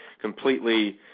completely